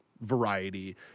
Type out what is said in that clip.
variety